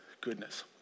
goodness